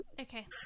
Okay